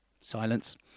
silence